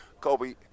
Kobe